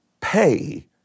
Pay